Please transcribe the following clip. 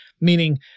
meaning